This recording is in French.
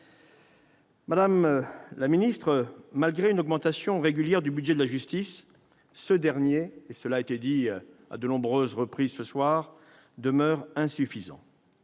constructives. Malgré une augmentation régulière du budget de la justice, ce dernier, cela a été dit à de nombreuses reprises, demeure insuffisant.